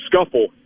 scuffle